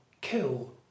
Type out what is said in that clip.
kill